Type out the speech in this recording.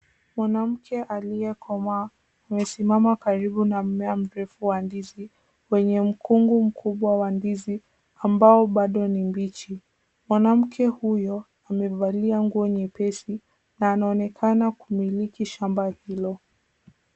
Mwanamke aliyekomaa amesimama karibu na mmea mrefu wa ndizi wenye mkungu mkubwa wa ndizi ambao bado ni mbichi. Mwanamke huyo amevalia nguo nyepesi na anaonekana kumiliki shamba hilo.